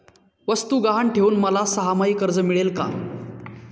वस्तू गहाण ठेवून मला सहामाही कर्ज मिळेल का?